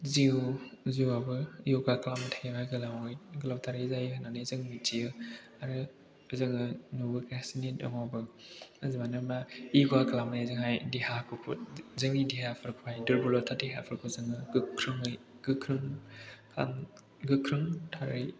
जिउ जिउआबो य'गा खालामबाय थायोबा गोलावथारै जायो होननानै जों मिथियो आरो जोङो नुबोगासिनो दङबो मानो होनबा य'गा खालामनायजोंहाय देहाखौबो जोंनि देहाफोरखौहाय दुरब'लथा देहाफोरखौ जोङो गोख्रोंयै गोख्रोंथारै